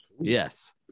Yes